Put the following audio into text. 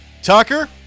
Tucker